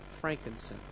frankincense